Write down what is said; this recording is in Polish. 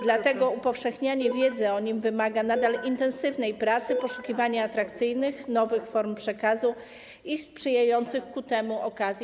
Dlatego upowszechnianie wiedzy o nim wymaga intensywnej pracy, poszukiwania atrakcyjnych nowych form przekazu i sprzyjających temu okazji.